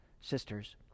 sisters